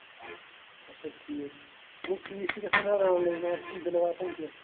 اَچھا ٹھیٖک گوٚو فیٖس چھُ گژھان وۅنۍ آن لاین اَز چھِنہٕ بِلہٕ واتان کیٚنٛہہ